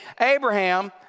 Abraham